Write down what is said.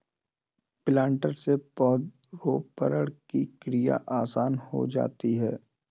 planter से पौधरोपण की क्रिया आसान हो जाती है